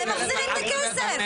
הם מחזירים את הכסף.